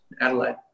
Adelaide